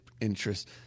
interest